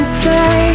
say